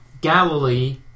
Galilee